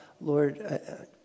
Lord